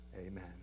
amen